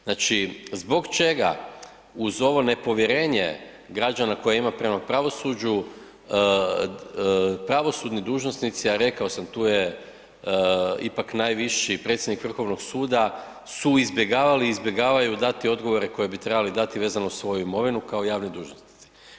Znači zbog čega uz ovo nepovjerenje građana koje imaju prema pravosuđu, pravosudni dužnosnici a rekao sam, tu je ipak najviši predsjednik Vrhovnog suda su izbjegavali i izbjegavaju dati odgovore koje bi trebali dati vezano uz svoju imovinu kao javni dužnosnici?